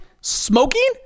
Smoking